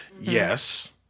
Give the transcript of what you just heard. Yes